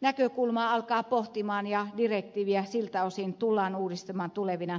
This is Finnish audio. näkökulmaa alkaa pohtia ja direktiiviä siltä osin tullaan uudistamaan tulevina vuosina